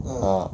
ah